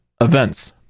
events